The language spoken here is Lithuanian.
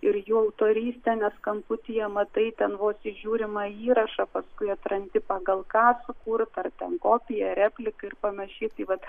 ir jų autorystė nes kamputyje matai ten vos įžiūrimą įrašą paskui atrandi pagal ką sukurta ar ten kopija replika ir panašiai tai vat